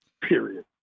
period